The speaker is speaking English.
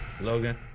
Logan